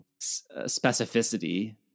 specificity